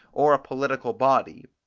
or a political body,